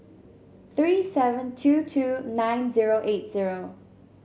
three seven two two nine zero eight zero